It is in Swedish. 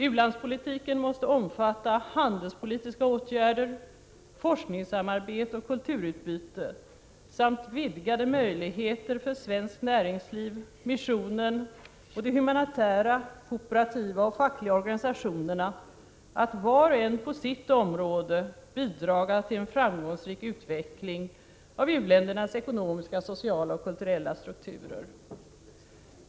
U-landspolitiken måste omfatta handelspolitiska åtgärder, forskningssamarbete och kulturutbyte samt vidgade möjligheter för svenskt näringsliv, missionen och de humanitära, kooperativa och fackliga organisationerna att var och en på sitt område bidra till en framgångsrik utveckling av u-ländernas ekonomiska, sociala och kulturella struktur.